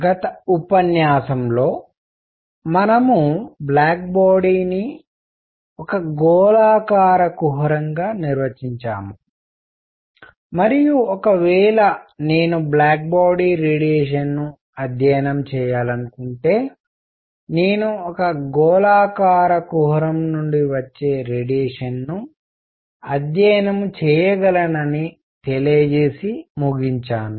గత ఉపన్యాసంలో మనము బ్లాక్ బాడీ ను ఒక గోళాకార కుహరంగా నిర్వచించాము మరియు ఒకవేళ నేను బ్లాక్ బాడీ రేడియేషన్ ను అధ్యయనం చేయాలనుకుంటే నేను ఒక గోళాకార కుహరం నుండి వచ్చే రేడియేషన్ ను అధ్యయనం చేయగలనని తెలియజేసి ముగించాను